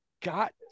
got